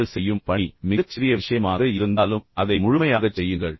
நீங்கள் செய்யும் பணி மிகச் சிறிய விஷயமாக இருந்தாலும் அதை முழுமையாகச் செய்யுங்கள்